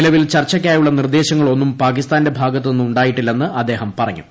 നിലവിൽ ചർച്ചയ്ക്കായുള്ള നിർദ്ദേശങ്ങളൊന്നും പാകിസ്ഥാന്റെ ഭാഗത്തുനിന്ന് ഉണ്ടായിട്ടില്ലെന്ന് അദ്ദേഹം പറഞ്ഞു